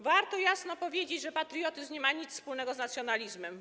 Warto jasno powiedzieć, że patriotyzm nie ma nic wspólnego z nacjonalizmem.